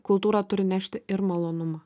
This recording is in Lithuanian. kultūra turi nešti ir malonumą